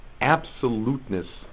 absoluteness